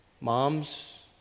Moms